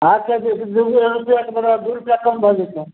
हाटपर जे दूगो एक रुपैआके बदला दू रुपैआ कम भऽ जेतनि